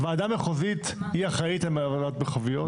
אבל, ועדה מחוזית היא אחראית על ועדות מרחביות.